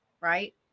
right